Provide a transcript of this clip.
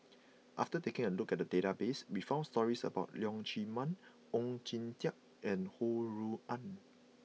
after taking a look at the database we found stories about Leong Chee Mun Oon Jin Teik and Ho Rui An